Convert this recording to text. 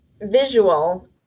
visual